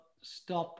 stop